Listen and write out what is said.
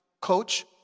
Coach